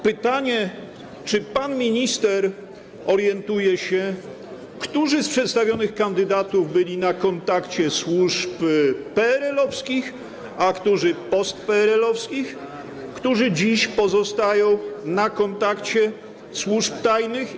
Pytanie, czy pan minister orientuje się, którzy z przedstawionych kandydatów byli na kontakcie służb peerelowskich, którzy - postpeerelowskich, a którzy dziś pozostają na kontakcie służb tajnych.